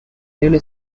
railway